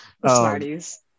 Smarties